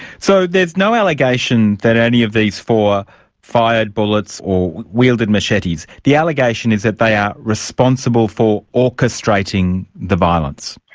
so, there's no allegation that any of these four fired bullets or wielded machetes. the allegation is that they are responsible for orchestrating the violence?